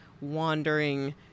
wandering